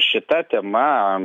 šita tema